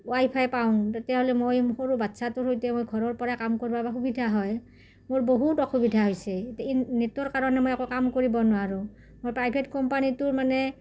wifi পাওঁ তেতিয়াহ'লে মই সৰু বাচ্ছাটোৰ সৈতে মই ঘৰৰ পৰাই কাম কৰিব সুবিধা হয় মোৰ বহুত অসুবিধা হৈছে এত ইন নেটৰ কাৰণে মই একো কাম কৰিব নোৱাৰোঁ মোৰ প্ৰাইভেট কোম্পানীটোৰ মানে